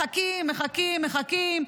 מחכים, מחכים, מחכים.